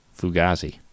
Fugazi